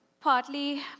Partly